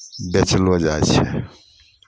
बेचलो जाइ छै